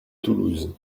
toulouse